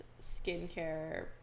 skincare